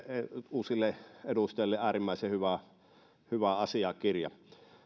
uusille edustajille äärimmäisen hyvä asiakirja